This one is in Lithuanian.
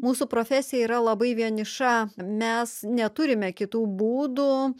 mūsų profesija yra labai vieniša mes neturime kitų būdų